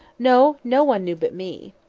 no, no one knew but me.